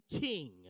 king